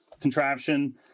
contraption